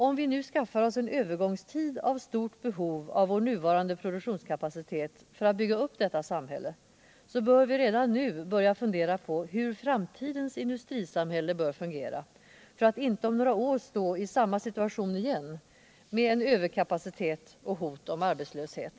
Om vi under en övergångstid skapar ett stort behov av vår nuvarande produktionskapacitet för att bygga upp detta samhälle, bör vi redan nu börja fundera på hur framtidens industrisamhälle skall fungera, för att inte om några år befinna oss i samma situation på nytt, med en överkapacitet och hot om arbetslöshet.